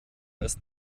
ist